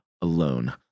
alone